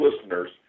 listeners